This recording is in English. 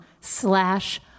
slash